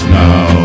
now